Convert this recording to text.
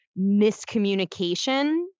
miscommunication